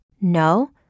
No